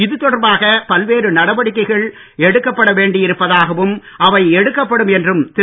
இது தொடர்பாக பல்வேறு நடவடிக்கைகள் எடுக்கப்பட வேண்டி இருப்பதாகவும் அவை எடுக்கப்படும் என்றும் திரு